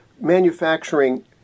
manufacturing